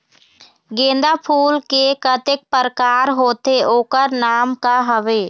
गेंदा फूल के कतेक प्रकार होथे ओकर नाम का हवे?